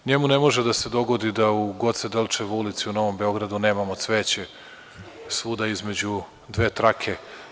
Njemu ne može da dogodi da u Goce Delčeva, ulici na Novom Beogradu, nemamo cveće svuda između dve trake.